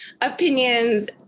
opinions